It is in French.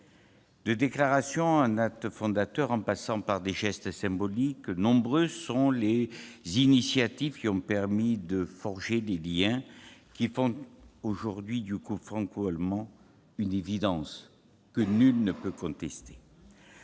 De déclarations en actes fondateurs, en passant par des gestes symboliques, nombreuses sont les initiatives qui ont permis de forger les liens qui font aujourd'hui du couple franco-allemand une évidence que nul ne peut contester.